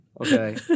okay